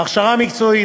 הכשרה מקצועית,